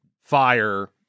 fire